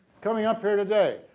coming up here today.